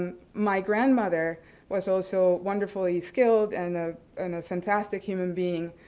my grandmother was also wonderfully skilled and ah and a fantastic human being.